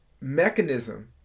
mechanism